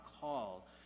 call